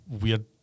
weird